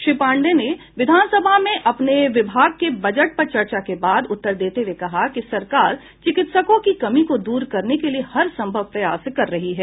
श्री पांडेय ने विधानसभा में अपने विभाग के बजट पर चर्चा के बाद उत्तर देते हुये कहा कि सरकार चिकित्सकों की कमी को दूर करने के लिए हर सम्भव प्रयास कर रही है